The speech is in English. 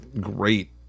great